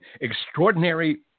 Extraordinary